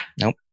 Nope